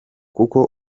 kuko